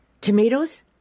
tomatoes